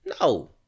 No